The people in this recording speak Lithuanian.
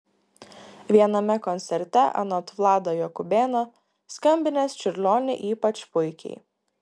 viename koncerte anot vlado jakubėno skambinęs čiurlionį ypač puikiai